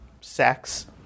sex